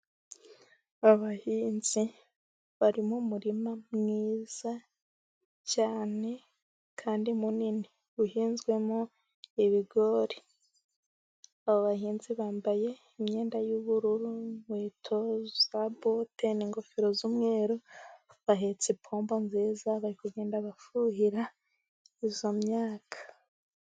Abahinzi bari mu murima mwiza cyane kandi munini uhinzwemo ibigori. Abahinzi bambaye imyenda y'ubururu, inkweto za bote n'ingofero z'umweru bahetse ipombo nziza bari kugenda bafuhira iyo myaka.